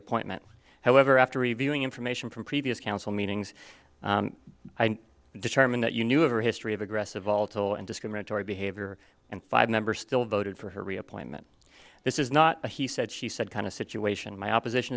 appointment however after reviewing information from previous council meetings i determine that you knew of the history of aggressive volatile and discriminatory behavior and five members still voted for her re appointment this is not a he said she said kind of situation my opposition